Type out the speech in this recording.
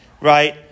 right